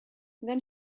then